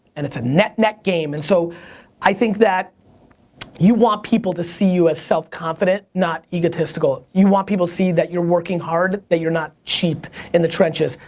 and it's a net net game. and so i think that you want people to see you as self-confident not egotistical. you want people to see that you're working hard, that you're not cheap in the trenches.